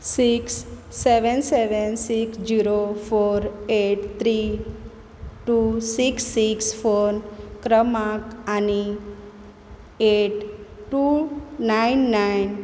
six seven seven six zero four eight three two six six phone क्रमांक आनी eight two nine nine